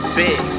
big